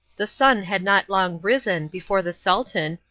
the sun had not long risen before the sultan,